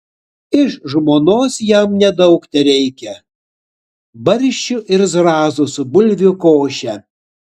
iš žmonos jam nedaug tereikia barščių ir zrazų su bulvių koše